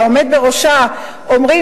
והעומד בראשה אומר,